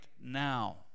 now